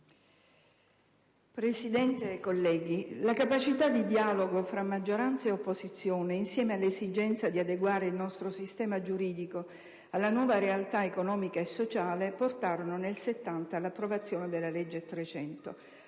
Presidente, colleghi, la capacità di dialogo tra maggioranza e opposizione, insieme all'esigenza di adeguare il nostro sistema giuridico alla nuova realtà economica e sociale, portarono nel '70 all'approvazione della legge n.